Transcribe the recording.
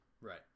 Right